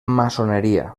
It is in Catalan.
maçoneria